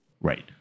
Right